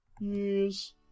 Yes